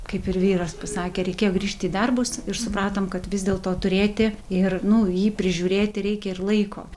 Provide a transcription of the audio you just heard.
kaip ir vyras pasakė reikėjo grįžti į darbus ir supratom kad vis dėlto turėti ir nu jį prižiūrėti reikia ir laiko